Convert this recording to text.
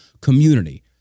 community